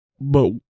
but-